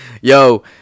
Yo